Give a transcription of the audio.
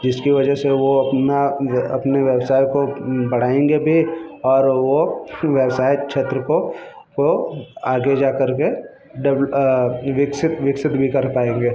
जिसके वजह से वो अपना अपने व्यवसाय को बढ़ाएंगे भी और वो व्यवसाय क्षेत्र को वो आगे जा करके विकसित भी कर पाएंगे